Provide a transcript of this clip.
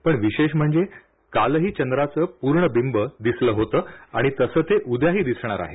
पण विशेष म्हणजे कालही चंद्राचं पूर्ण विंब दिसलं होतं आणि तसं ते उद्याही दिसणार आहे